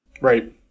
Right